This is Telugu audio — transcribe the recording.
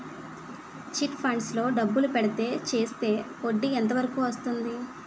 చిట్ ఫండ్స్ లో డబ్బులు పెడితే చేస్తే వడ్డీ ఎంత వరకు వస్తుంది?